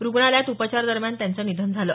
रुग्णालयात उपचारादरम्यान त्यांचं निधन झालं